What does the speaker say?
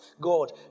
God